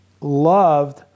loved